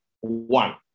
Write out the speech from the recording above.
one